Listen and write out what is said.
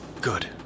Good